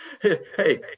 Hey